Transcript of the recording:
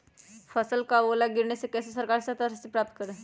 फसल का ओला गिरने से कैसे सरकार से सहायता राशि प्राप्त करें?